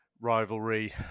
rivalry